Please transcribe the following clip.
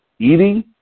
eating